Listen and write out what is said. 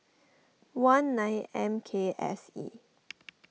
one nine M K S E